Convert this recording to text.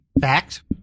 fact